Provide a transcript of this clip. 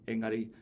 Engari